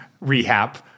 rehab